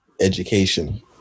education